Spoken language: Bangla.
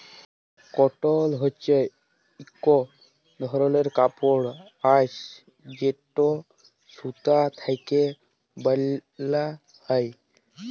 কটল হছে ইক ধরলের কাপড়ের আঁশ যেট সুতা থ্যাকে বালাল হ্যয়